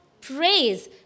praise